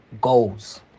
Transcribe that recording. goals